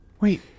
Wait